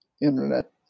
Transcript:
internet